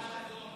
הצבעה.